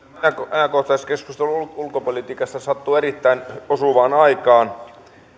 ajankohtaiskeskustelu ulkopolitiikasta sattuu erittäin osuvaan aikaan